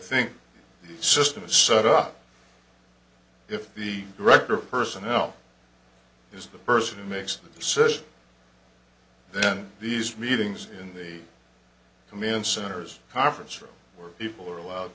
the system is set up if the director of personnel is the person who makes the session then these meetings in the command centers conference room where people are allowed